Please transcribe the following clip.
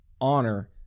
honor